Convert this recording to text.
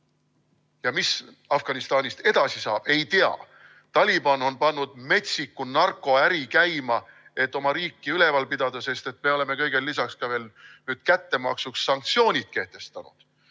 Mis Afganistanist edasi saab, ei tea. Taliban on käima pannud metsiku narkoäri, et oma riiki üleval pidada, sest me oleme kõigele lisaks veel kättemaksuks sanktsioonid kehtestanud.